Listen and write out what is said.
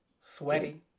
Sweaty